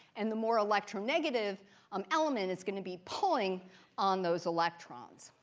and the more electronegative um element is going to be pulling on those electrons.